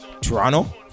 Toronto